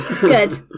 Good